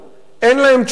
אין להם תשובה,